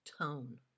tone